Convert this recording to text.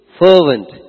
fervent